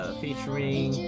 featuring